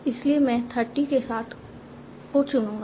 इसलिए मैं 30 के साथ को चुनूंगा